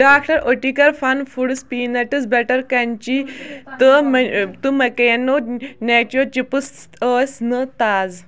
doctor Oetker fun foods peanuts butter crunchy تہٕ Makino nacho chips ٲسۍ نہٕ تازٕ